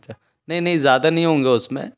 अच्छा नहीं नहीं ज़्यादा नहीं होंगे उसमें